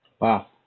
Wow